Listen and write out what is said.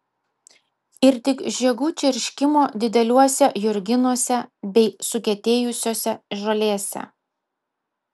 ir tik žiogų čirškimo dideliuose jurginuose bei sukietėjusiose žolėse